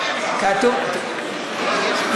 גפני, לא מתאים לך.